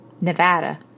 Nevada